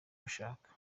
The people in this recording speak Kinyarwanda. gushaka